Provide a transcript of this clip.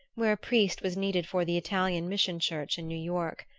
where a priest was needed for the italian mission church in new york.